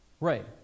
Right